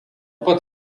pat